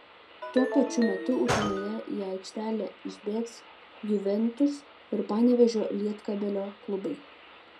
tuo pačiu metu utenoje į aikštelę išbėgs juventus ir panevėžio lietkabelio klubai